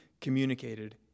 communicated